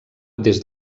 des